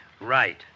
Right